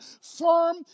firm